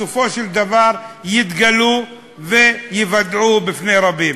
בסופו של דבר יתגלו וייוודעו בפני רבים,